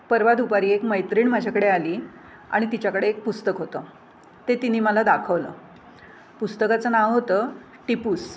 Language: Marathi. परवा दुपारी एक मैत्रीण माझ्याकडे आली आणि तिच्याकडे एक पुस्तक होतं ते तिने मला दाखवलं पुस्तकाचं नाव होतं टिपूस